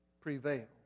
prevail